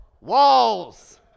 Walls